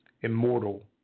immortal